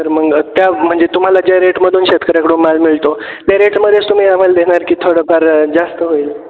तर मग त्या म्हणजे तुम्हाला ज्या रेटमधून शेतकऱ्याकडून माल मिळतो त्या रेटमधेच तुम्ही आम्हाला देणार की थोडंफार जास्त होईल